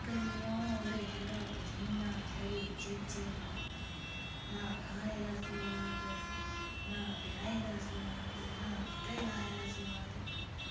गर्मियां होन ते छड़ा पसीना छड़ी चिप चिप नां खाने दा सोआद नां ब्याहें दा सोआद नां कपड़े लाने दा सोआद